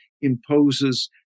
imposes